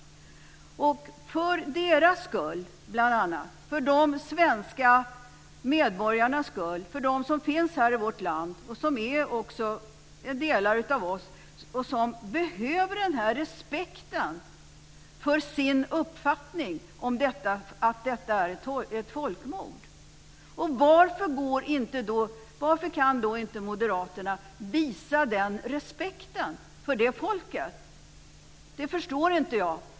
Man ska göra detta för deras skull, för de svenska medborgarnas skull, de som finns här i vårt land, som också är delar av oss och som behöver den här respekten för sin uppfattning om att detta är ett folkmord. Varför kan inte Moderaterna visa den respekten för det folket? Det förstår inte jag.